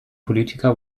politiker